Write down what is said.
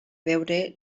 veure